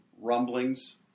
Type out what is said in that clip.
rumblings